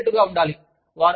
అవి చేసేటట్టుగా ఉండాలి